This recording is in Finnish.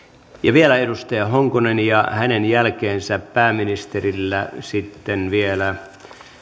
vielä edustaja honkonen ja hänen jälkeensä pääministerille vielä